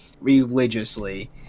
religiously